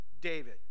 David